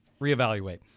Reevaluate